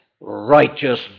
righteous